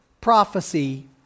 prophecy